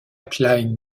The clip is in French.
pipeline